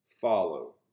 follow